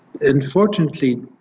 Unfortunately